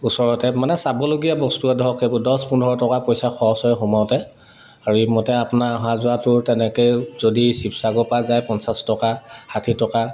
ওচৰতে মানে চাবলগীয়া বস্তুৱে ধৰক সেইবোৰ দহ পোন্ধৰ টকা পইচা খৰচ হয় সোমাওতে আৰু এইমতে আপোনাৰ অহা যোৱাটো তেনেকৈ যদি শিৱসাগৰ পৰা যায় পঞ্চাছ টকা ষাঠি টকা